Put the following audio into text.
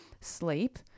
sleep